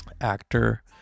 Actor